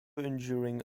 enduring